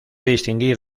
distinguir